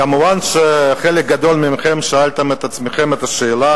כמובן, חלק גדול מכם, שאלתם את עצמכם את השאלה